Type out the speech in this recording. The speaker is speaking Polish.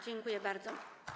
Dziękuję bardzo.